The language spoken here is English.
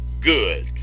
good